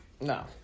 No